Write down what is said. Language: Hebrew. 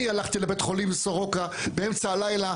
אני הלכתי לבית חולים לסורוקה באמצע הלילה,